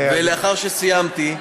לאחר שסיימתי,